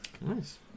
Nice